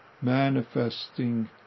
manifesting